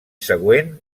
següent